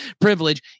privilege